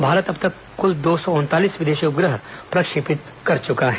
भारत अब तक कुल दो सौ उनतालीस विदेशी उपग्रह प्रक्षेपित कर चुका है